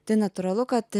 tai natūralu kad